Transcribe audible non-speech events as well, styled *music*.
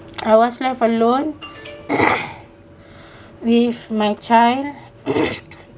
I was left alone *coughs* with my child *coughs*